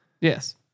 Yes